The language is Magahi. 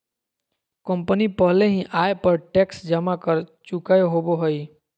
कंपनी पहले ही आय पर टैक्स जमा कर चुकय होबो हइ